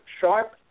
sharp